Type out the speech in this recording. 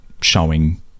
showing